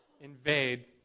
invade